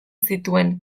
zituen